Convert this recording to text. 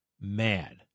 mad